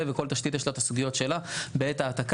כל תשתית יש לה את הסוגיות שלה בעת ההעתקה